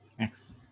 Excellent